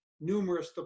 numerous